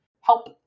help